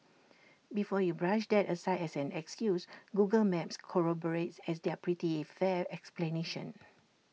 before you brush that aside as an excuse Google maps corroborates as their pretty fair explanation